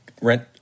rent